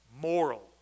moral